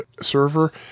server